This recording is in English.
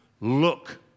look